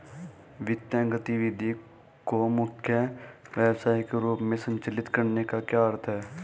वित्तीय गतिविधि को मुख्य व्यवसाय के रूप में संचालित करने का क्या अर्थ है?